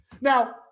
Now